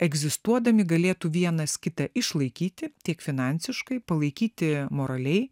egzistuodami galėtų vienas kitą išlaikyti tik finansiškai palaikyti moraliai